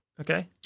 Okay